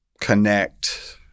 connect